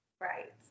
right